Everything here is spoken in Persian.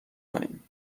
کنیم